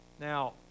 Now